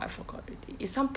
I forgot already it's some